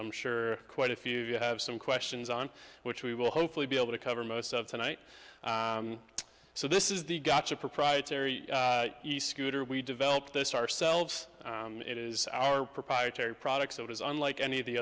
i'm sure quite a few have some questions on which we will hopefully be able to cover most of tonight so this is the gotcha proprietary east scooter we developed this ourselves and it is our proprietary products so it is unlike any of the